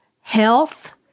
health